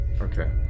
Okay